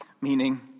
Meaning